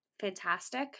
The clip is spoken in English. fantastic